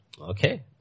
Okay